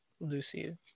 Lucy